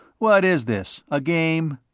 what is this, a game?